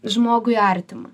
žmogui artima